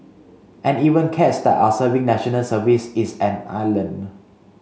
and even cats that are serving National Service is an island